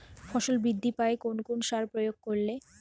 ফসল বৃদ্ধি পায় কোন কোন সার প্রয়োগ করলে?